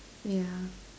yeah